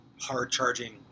hard-charging